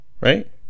right